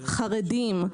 חרדים,